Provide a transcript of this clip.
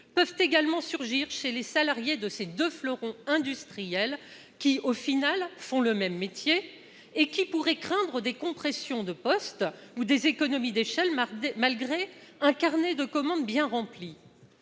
peuvent surgir chez les salariés de ces deux fleurons industriels, qui, finalement, exercent le même métier et pourraient craindre des compressions de postes ou des économies d'échelle, malgré un carnet de commandes bien rempli.